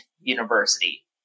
university